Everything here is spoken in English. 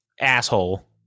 asshole